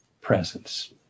presence